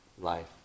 life